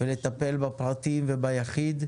ולטפל בפרטים וביחיד,